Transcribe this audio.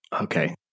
Okay